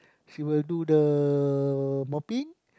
she will do the mopping